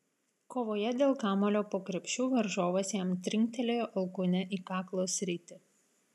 kovoje dėl kamuolio po krepšiu varžovas jam trinktelėjo alkūne į kaklo sritį